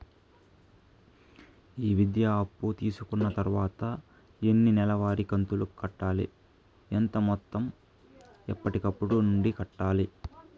ఈ విద్యా అప్పు తీసుకున్న తర్వాత ఎన్ని నెలవారి కంతులు కట్టాలి? ఎంత మొత్తం ఎప్పటికప్పుడు నుండి కట్టాలి?